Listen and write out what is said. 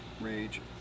Rage